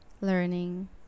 learning